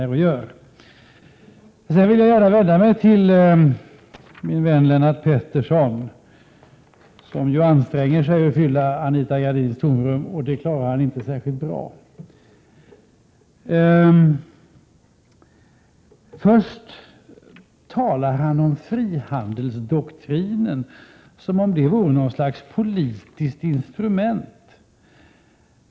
Jag vill vända mig till min vän Lennart Pettersson, som anstränger sig för att fylla Anita Gradins tomrum men som inte klarar det särskilt bra. Först talar han om frihandelsdoktrinen, som om det vore något slags politiskt instrument.